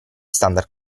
standard